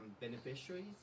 beneficiaries